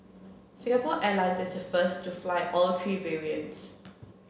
Singapore Airlines is the first to fly all three variants